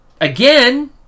again